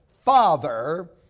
Father